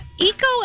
eco